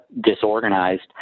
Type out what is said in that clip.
disorganized